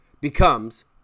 becomes